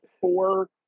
four